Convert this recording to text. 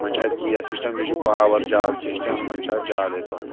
وَنہِ چھُ اَتہِ گیس سِسٹَم بیٚیہِ چھُ پاوَر زیادٕ سِسٹَم یِمَن چھُ اَتھ زیادَے پَہم